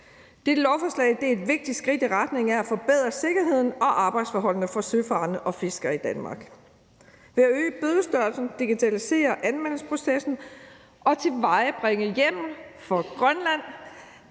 Dette lovforslag er et vigtigt skridt i retning af at forbedre sikkerheden og arbejdsforholdene for søfarende og fiskere i Danmark. Ved at øge bødestørrelsen, digitalisere anmeldelsesprocessen og tilvejebringe hjemmel for Grønland